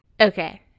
Okay